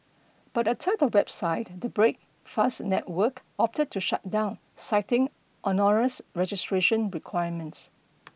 but a third website the Breakfast Network opted to shut down citing onerous registration requirements